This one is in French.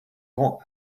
rend